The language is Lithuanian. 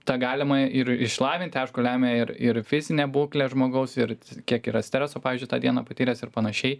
tą galima ir išlavinti aišku lemia ir ir fizinė būklė žmogaus ir kiek yra streso pavyzdžiui tą dieną patyręs ir panašiai